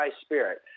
spirit